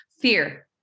Fear